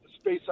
space